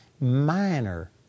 minor